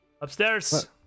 Upstairs